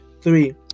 Three